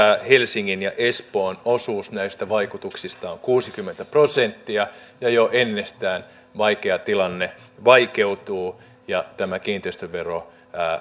helsingin ja espoon osuus näistä vaikutuksista on kuusikymmentä prosenttia ja jo ennestään vaikea tilanne vaikeutuu ja tämä kiinteistövero